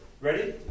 ready